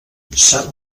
sap